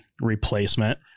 replacement